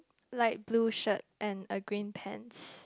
like blue shirt and a green pants